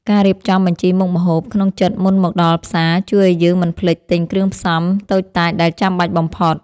ការរៀបចំបញ្ជីមុខម្ហូបក្នុងចិត្តមុនមកដល់ផ្សារជួយឱ្យយើងមិនភ្លេចទិញគ្រឿងផ្សំតូចតាចដែលចាំបាច់បំផុត។